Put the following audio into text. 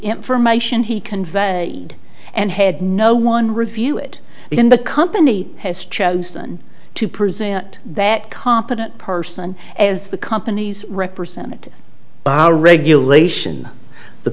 information he conveyed and had no one review it in the company has chosen to present that competent person as the company's representative by our regulation the